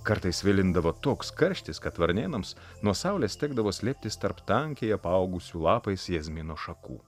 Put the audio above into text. kartais svilindavo toks karštis kad varnėnams nuo saulės tekdavo slėptis tarp tankiai apaugusių lapais jazmino šakų